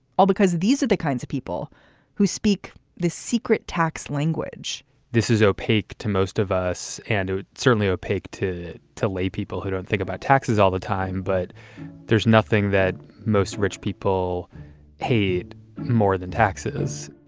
all because these are the kinds of people who speak the secret tax language this is opaque to most of us and certainly opaque to to lay people who don't think about taxes all the time. but there's nothing that most rich people paid more than taxes